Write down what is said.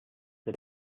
the